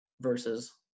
versus